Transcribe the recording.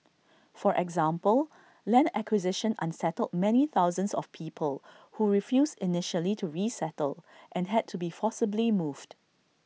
for example land acquisition unsettled many thousands of people who refused initially to resettle and had to be forcibly moved